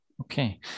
Okay